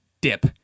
dip